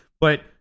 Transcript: But-